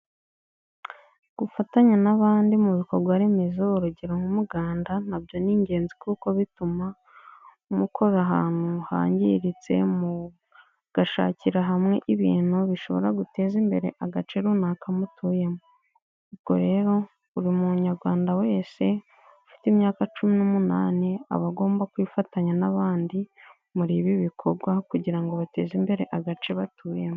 Gufatanya n'abandi mu bikorwaremezo, urugero nk'umuganda nabyo ni ingenzi kuko bituma mukora ahantu hangiritse, mugashakira hamwe ibintu bishobora guteza imbere agace runaka mutuyemo. Ubwo rero buri munyarwanda wese ufite imyaka cumi n'umunani aba agomba kwifatanya n'abandi muri ibi bikorwa kugira ngo bateze imbere agace batuyemo.